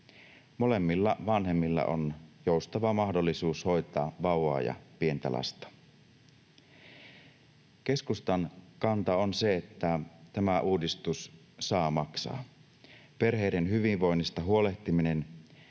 Molemmilla vanhemmilla on joustava mahdollisuus hoitaa vauvaa ja pientä lasta. Keskustan kanta on se, että tämä uudistus saa maksaa. Perheiden hyvinvoinnista huolehtiminen